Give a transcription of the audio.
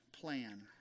plan